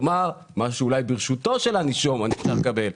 כלומר מה שאולי ברשותו של הנישום אני צריך לקבל.